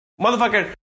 Motherfucker